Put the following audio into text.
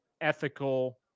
ethical